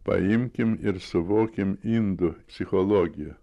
paimkim ir suvokim indų psichologiją